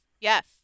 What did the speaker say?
Yes